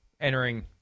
entering